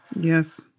Yes